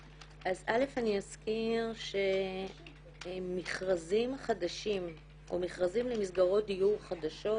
אז א' אני אזכיר שמכרזים חדשים או מכרזים למסגרות דיור חדשות